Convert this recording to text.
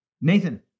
Nathan